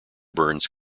burns